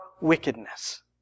wickedness